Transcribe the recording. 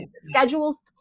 schedules